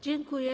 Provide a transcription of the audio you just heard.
Dziękuję.